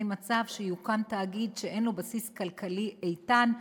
מצב שיוקם תאגיד שאין לו בסיס כלכלי איתן,